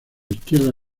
izquierda